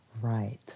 Right